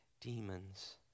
demons